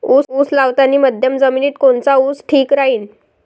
उस लावतानी मध्यम जमिनीत कोनचा ऊस ठीक राहीन?